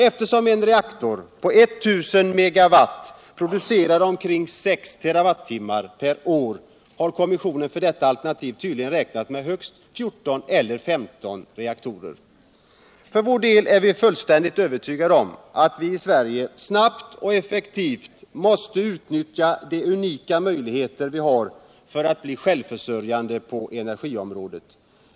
Eftersom en reaktor på I 000 megawau producerar omkring 6 terawattimmar per år, har kommissionen för detta alternativ tydligen räknat med högst 14 eller 15 reaktorer. För vår del är vi fullständigt övertygade om att Sverige snabbt och effektivt måste utnyttja de unika möjligheter landet har att bli självförsörjande på energiområdet.